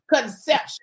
conception